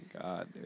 god